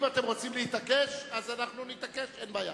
אם אתם רוצים להתעקש, אז אנחנו נתעקש, אין בעיה.